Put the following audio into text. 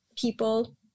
people